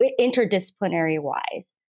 interdisciplinary-wise